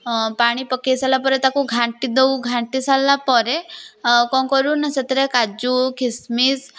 ପାଣି ପକେଇ ସାରିଲା ପରେ ତାକୁ ଘାଣ୍ଟିଦେଉ ଘାଣ୍ଟି ସାରିଲା ପରେ କ'ଣ କରୁ ନା ସେଥିରେ କାଜୁ କିସମିସ୍